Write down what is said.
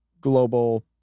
global